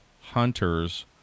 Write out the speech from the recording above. hunters